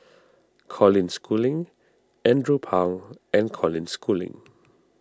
Colin Schooling Andrew Phang and Colin Schooling